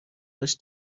داشت